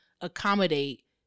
accommodate